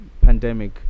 pandemic